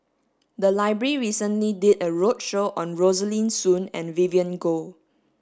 the library recently did a roadshow on Rosaline Soon and Vivien Goh